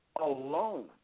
alone